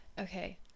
okay